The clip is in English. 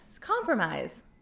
compromise